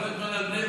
כל הזמן על בני ברק.